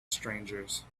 strangers